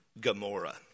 Gomorrah